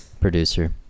producer